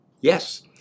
Yes